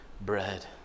bread